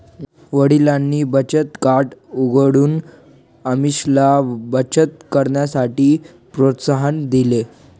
वडिलांनी बचत खात उघडून अमीषाला बचत करण्यासाठी प्रोत्साहन दिले